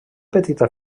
petita